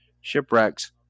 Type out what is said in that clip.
shipwrecks